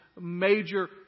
major